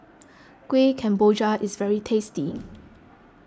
Kuih Kemboja is very tasty